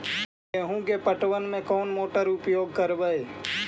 गेंहू के पटवन में कौन मोटर उपयोग करवय?